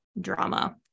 drama